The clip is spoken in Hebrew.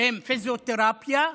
שהם פיזיותרפיה,